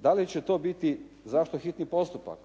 Da li će to biti zašto hitni postupak.